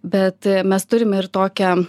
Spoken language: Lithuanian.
bet e mes turime ir tokią